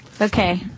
Okay